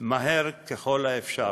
מהר ככל האפשר.